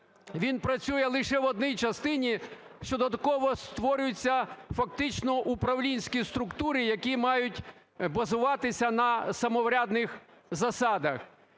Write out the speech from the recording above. він працює лише в одній частині, що додатково створюються фактично управлінські структури, які мають базуватися на самоврядних засадах.